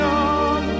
on